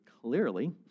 clearly